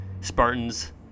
Spartans